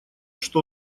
что